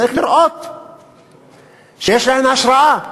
צריך לראות שיש להן השראה.